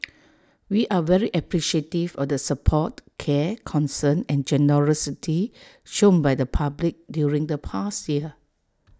we are very appreciative of the support care concern and generosity shown by the public during the past year